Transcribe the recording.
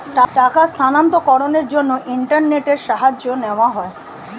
টাকার স্থানান্তরকরণের জন্য ইন্টারনেটের সাহায্য নেওয়া হয়